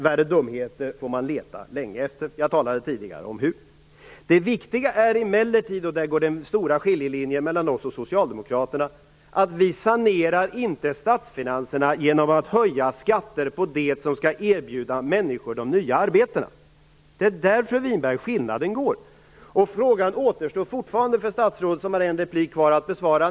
Värre dumheter får man leta länge efter - jag talade tidigare om hur. Det viktiga är emellertid, och där går den stora skiljelinjen mellan oss och socialdemokraterna, att vi inte sanerar statsfinanserna genom att höja skatter på det som skall erbjuda människorna de nya arbetena. Det är där skillnaden går, fru Winberg. Statsrådet har en replik kvar, och det återstår fortfarande en fråga att besvara.